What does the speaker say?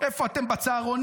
איפה אתם בצהרונים?